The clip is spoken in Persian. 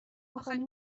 اخرین